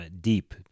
deep